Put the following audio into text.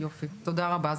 תודה רבה.